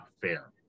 fair